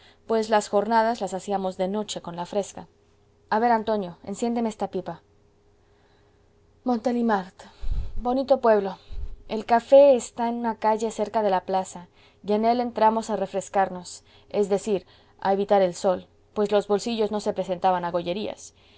pues las jornadas las hacíamos de noche con la fresca a ver antonio enciéndeme esta pipa montelimart bonito pueblo el café está en una calle cerca de la plaza y en él entramos a refrescarnos es decir a evitar el sol pues los bolsillos no se prestaban a gollerías en tanto que tres de nuestros compañeros iban a